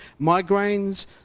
migraines